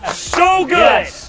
ah so good!